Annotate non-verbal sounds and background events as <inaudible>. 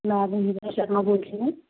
ma'am मैं <unintelligible> शर्मा बोल रही हूँ